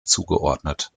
zugeordnet